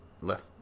left